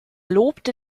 lobte